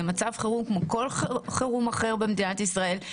זה מצב חירום כמו כל חירום אחר במדינת ישראל.